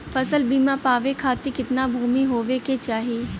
फ़सल बीमा पावे खाती कितना भूमि होवे के चाही?